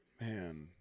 Man